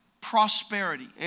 prosperity